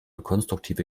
konstruktive